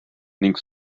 ning